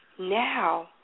Now